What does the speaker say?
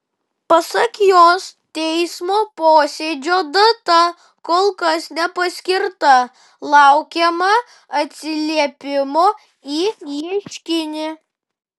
pasak jos teismo posėdžio data kol kas nepaskirta laukiama atsiliepimo į ieškinį